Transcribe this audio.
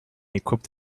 equipped